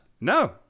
No